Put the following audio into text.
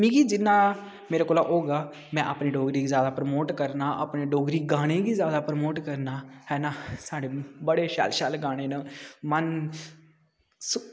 मिगी जिन्ना मेरे कोला होगा में अपनी डोगरी गी ज्यादा प्रमोट करना अपने डोगरी गाने गी ज्यादा प्रमोट करना है ना साढ़े बड़े शैल शैल गाने न मन